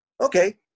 Okay